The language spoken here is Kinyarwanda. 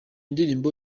ndirimbo